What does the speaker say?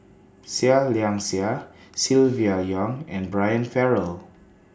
Seah Liang Seah Silvia Yong and Brian Farrell